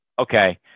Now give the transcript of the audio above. okay